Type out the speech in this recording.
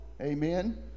Amen